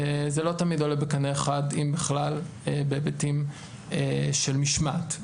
זה לא תמיד עולה בקנה אחד אם בכלל בהיבטים של משמעת,